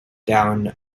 down